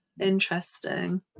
Interesting